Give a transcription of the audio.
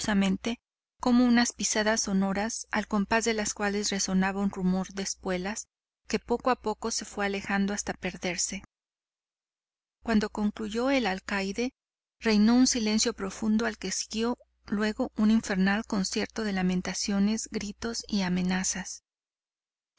como una pisadas sonoras la compás de las cuales resonaba un rumor de espuelas que poco a poco se fue alejando hasta perderse cuando concluyó el alcaide reinó un silencio profundo al que se siguió luego un infernal concierto de lamentaciones gritos y amenazas